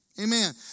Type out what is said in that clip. Amen